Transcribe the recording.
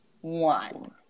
one